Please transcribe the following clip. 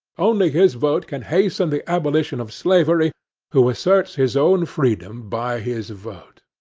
only his vote can hasten the abolition of slavery who asserts his own freedom by his vote.